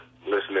listening